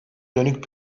dönük